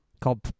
called